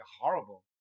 horrible